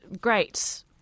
great